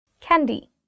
Candy